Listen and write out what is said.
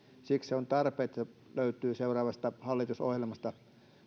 siksi on tarpeen että tämä löytyy seuraavasta hallitusohjelmasta